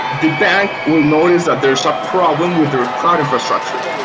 the bank will notice that there's a problem with their cloud infrastructure.